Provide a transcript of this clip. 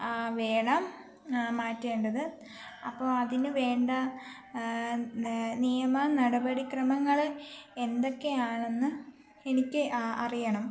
വേണം മാറ്റേണ്ടത് അപ്പോൾ അതിനു വേണ്ട നിയമ നടപടിക്രമങ്ങൾ എന്തൊക്കെയാണെന്ന് എനിക്ക് അറിയണം